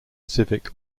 civic